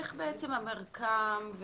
איך המרקם,